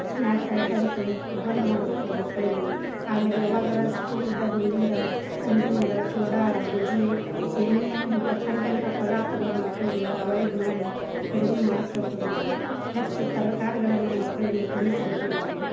snacks items ಬಂದ್ ಮಾಡ್ಬೇಕು ಮಕ್ಕಳಿಗೆ ಆಮೇಲೆ ಯಾವಾಗಾರ ಸ್ಕೂಲಿಂದ ಬಂದಿಂದ ಸಂಜೆ ಮುಂದೆ ಚೂಡಾ ಬಜ್ಜಿ ಎಣ್ಣೆಯಾಗ ಇಂಥ ಕರಿದಂಥ ಪದಾರ್ಥಗಳು ಮಕ್ಕಳಿಗೆ ಅವಾಯ್ಡ್ ಮಾಡಿ ಕಡ್ಮೆ ಮಾಡಿಸ್ಬೇಕು ನಾವು ಹೆಚ್ಚು ತರಕಾರಿಗಳನ್ನು ಮಕ್ಕಳಿಗೆ ತಿನ್ನಿಸ್ಬೇಕು ನಾವು